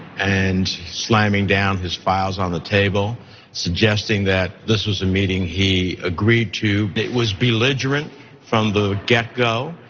and slamming down his files on the table suggesting, that this was a meeting he agreed to, it was belligerent from the get go.